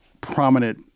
prominent